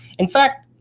in fact,